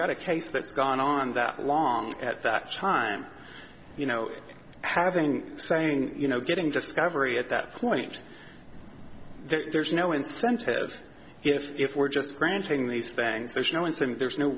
got a case that's gone on that long at that time you know having saying you know getting discovery at that point there's no incentive if if we're just granting these things there's no incident there's no